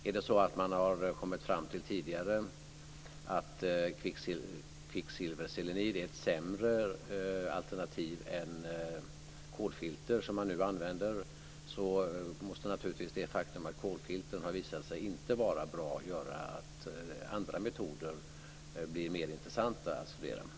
Om man tidigare har kommit fram till att kvicksilverselenid är ett sämre alternativ än kolfilter, som man nu använder, måste naturligtvis det faktum att kolfiltren har visat sig inte vara bra göra att andra metoder blir med intressanta att studera.